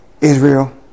Israel